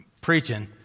preaching